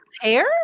hair